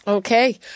Okay